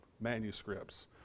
manuscripts